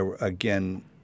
Again